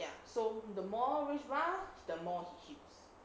ya so the more rage bar the more he heals